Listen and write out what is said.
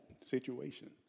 situation